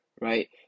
right